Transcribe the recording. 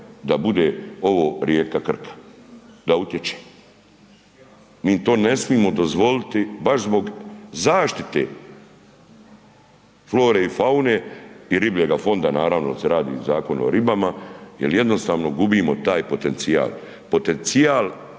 da bude ovo rijeka Krka, da utječe. Mi to ne smijemo dozvoliti baš zbog zaštite flore i faune i ribljega fonda naravno jer se radi o Zakonu o ribama jer jednostavno gubimo taj potencijal, potencijal